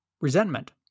Resentment